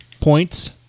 points